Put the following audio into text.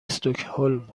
استکهلم